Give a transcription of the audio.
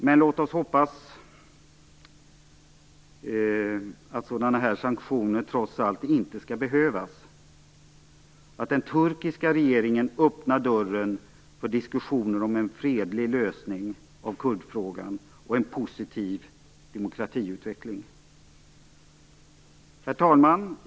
Men låt oss hoppas att sådana här sanktioner trots allt inte skall behövas och att den turkiska regeringen öppnar dörren för diskussioner om en fredlig lösning på kurdfrågan och för en positiv demokratiutveckling. Herr talman!